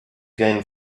again